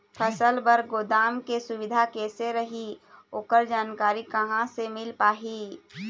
फसल बर गोदाम के सुविधा कैसे रही ओकर जानकारी कहा से मिल पाही?